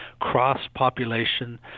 cross-population